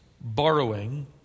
borrowing